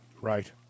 Right